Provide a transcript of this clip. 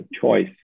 choice